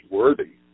worthy